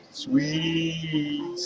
sweet